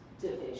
division